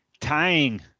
tying